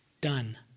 Done